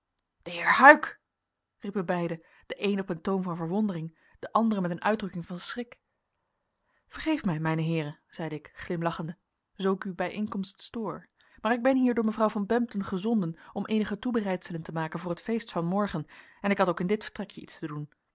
de heer huyck riepen beiden de een op een toon van verwondering de andere met een uitdrukking van schrik vergeeft mij mijne heeren zeide ik glimlachende zoo ik uw bijeenkomst stoor maar ik ben hier door mevrouw van bempden gezonden om eenige toebereidselen te maken voor het feest van morgen en ik had ook in dit vertrekje iets te doen